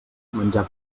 menjar